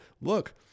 look